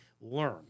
learn